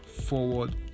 forward